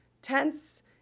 Tense